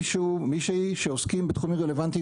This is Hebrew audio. מישהו שעוסק בתחומים הרלוונטיים,